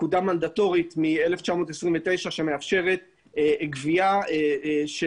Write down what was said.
פקודה מנדטורית מ-1929 שמאפשרת גבייה של